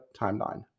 timeline